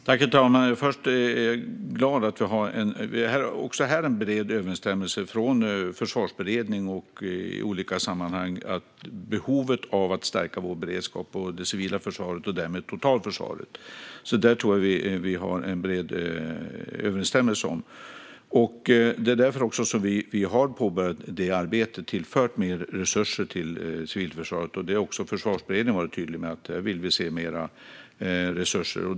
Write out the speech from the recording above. Herr talman! Jag är glad att det också här finns en bred enighet i Försvarsberedningen om behovet av att stärka vår beredskap, det civila försvaret och därmed totalförsvaret. Där är vi överens. Därför har vi påbörjat arbetet och tillfört mer resurser till civilförsvaret. Försvarsberedningen har varit tydlig med att där ska tillföras mer resurser.